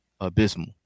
abysmal